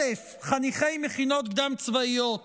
1,000 חניכי מכינות קדם-צבאיות